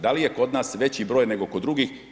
Da li je kod nas veći broj nego kod drugih?